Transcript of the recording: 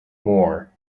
moore